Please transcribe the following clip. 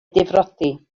difrodi